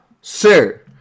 sir